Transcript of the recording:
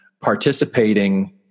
participating